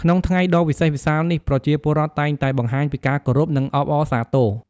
ក្នុង ថ្ងៃដ៏វិសេសវិសាល នេះ ប្រជាពលរដ្ឋ តែងតែបង្ហាញពី ការគោរព និង អបអរសាទរ។